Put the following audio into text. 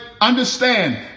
understand